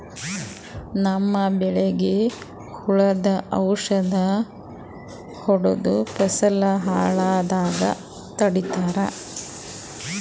ನಮ್ಮ್ ಬೆಳಿಗ್ ಹುಳುದ್ ಔಷಧ್ ಹೊಡ್ದು ಫಸಲ್ ಹಾಳ್ ಆಗಾದ್ ತಡಿತಾರ್